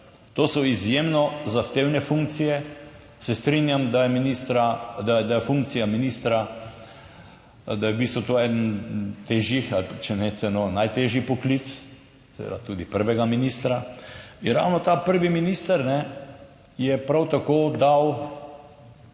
To so izjemno zahtevne funkcije, se strinjam, da je funkcija ministra, da je v bistvu to eden težjih ali pa če ne celo najtežji poklic, seveda tudi prvega ministra. In ravno ta prvi minister je prav tako dal